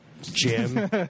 Jim